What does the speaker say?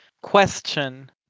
question